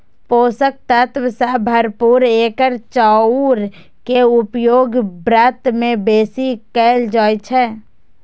पोषक तत्व सं भरपूर एकर चाउर के उपयोग व्रत मे बेसी कैल जाइ छै